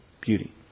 beauty